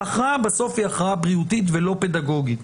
ההכרעה בסוף היא הכרעה בריאותית ולא פדגוגית,